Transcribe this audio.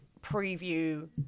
preview